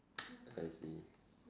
I see